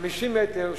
50 מטר,